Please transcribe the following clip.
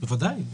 בוודאי.